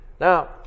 Now